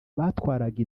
batwaraga